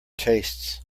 tastes